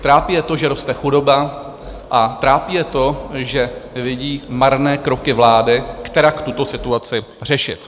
Trápí je to, že roste chudoba, a trápí je to, že vidí marné kroky vlády, kterak tuto situaci řešit.